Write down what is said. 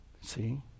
see